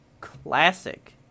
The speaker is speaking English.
classic